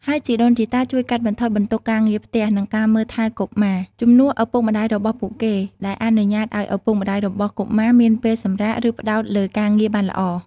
ហើយជីដូនជីតាជួយកាត់បន្ថយបន្ទុកការងារផ្ទះ និងការមើលថែកុមារ ជំនួសឪពុកម្តាយរបស់ពួកគេ ដែលអនុញ្ញាតឱ្យឪពុកម្តាយរបស់កុមារមានពេលសម្រាក ឬផ្តោតលើការងារបានល្អ។